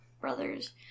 brothers